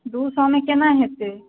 दू सओमे कोना हेतै